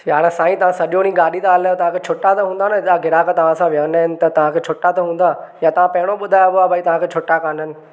यार साईं सां सॼो ॾींहुं गाॾी त हलायो तव्हांखे छुटा त हूंदा न हेतिरा ग्राहक तव्हां सां विहंदा आहिनि त तव्हांखे छुटा त हूंदा या तव्हां पहिरों ॿुधाइबो आहे भाई तव्हांखे छुटा कोन आहिनि